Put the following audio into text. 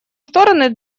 стороны